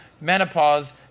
menopause